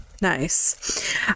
Nice